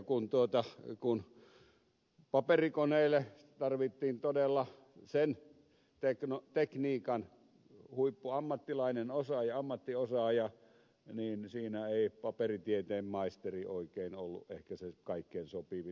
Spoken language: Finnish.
kun paperikoneille tarvittiin todella sen tekniikan huippuammattilainen ammattiosaaja niin siinä ei paperitieteen maisteri oikein ollut ehkä se kaikkein sopivin henkilö rekrytoitavaksi